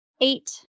Eight